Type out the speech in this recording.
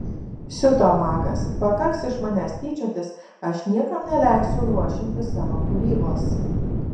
siuto magas pakaks iš manęs tyčiotis aš niekam neleisiu luošinti savo kūrybos